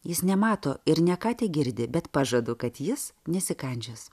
jis nemato ir ne ką tegirdi bet pažadu kad jis nesikandžios